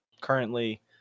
currently